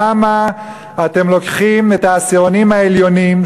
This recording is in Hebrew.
למה אתם לוקחים את העשירונים העליונים,